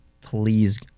please